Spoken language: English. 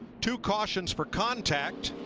two cautions for contact.